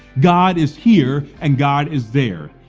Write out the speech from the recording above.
god is here and god is there.